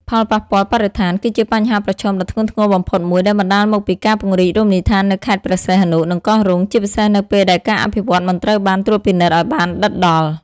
ផលប៉ះពាល់បរិស្ថាន គឺជាបញ្ហាប្រឈមដ៏ធ្ងន់ធ្ងរបំផុតមួយ ដែលបណ្ដាលមកពីការពង្រីករមណីយដ្ឋាននៅខេត្តព្រះសីហនុ និងកោះរ៉ុង ជាពិសេសនៅពេលដែលការអភិវឌ្ឍមិនត្រូវបានត្រួតពិនិត្យឲ្យបានដិតដល់។